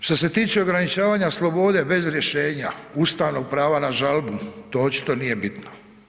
Što se tiče ograničavanja slobode bez rješenja, ustavnog prava na žalbu, to očito nije bitno.